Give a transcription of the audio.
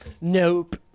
Nope